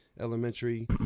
Elementary